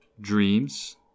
dreams